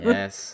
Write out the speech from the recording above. Yes